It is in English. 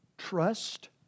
Trust